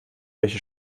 welche